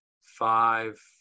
five